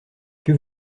que